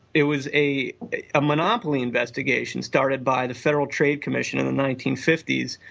it was a a monopoly investigation started by the federal trade commission in the nineteen fifty s.